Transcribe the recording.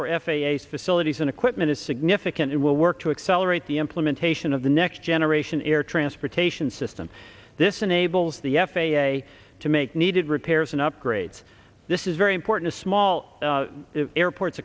for f a a facilities and equipment is significant and will work to accelerate the implementation of the next generation air transportation system this enables the f a a to make needed repairs and upgrades this is very important to small airports